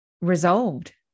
resolved